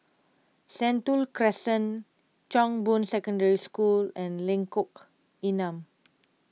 Sentul Crescent Chong Boon Secondary School and Lengkok Enam